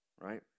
Right